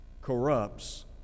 corrupts